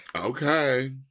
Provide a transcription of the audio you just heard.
okay